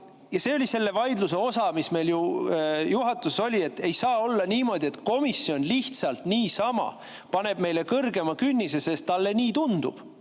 See oli selle vaidluse osa, mis meil juhatuses oli. Ei saa olla niimoodi, et komisjon lihtsalt niisama paneb meile kõrgema künnise, sest talle tundub